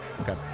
Okay